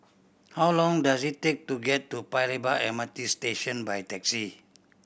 how long does it take to get to Paya Lebar M R T Station by taxi